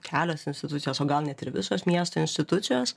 kelios institucijos o gal net ir visos miesto institucijos